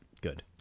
Good